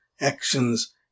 actions